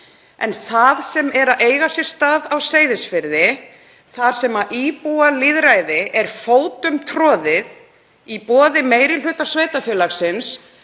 En það sem á eiga sér stað nú á Seyðisfirði, þar sem íbúalýðræði er fótum troðið í boði meiri hluta sveitarfélagsins,